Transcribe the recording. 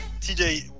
TJ